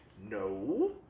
No